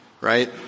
right